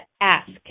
ask